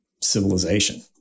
civilization